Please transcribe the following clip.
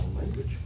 language